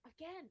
again